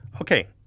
okay